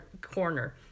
corner